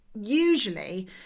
usually